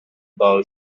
boy